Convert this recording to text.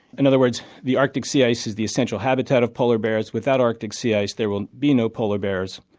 in other words, the arctic sea ice is the essential habitat of polar bears, without arctic sea ice there will be no polar bears.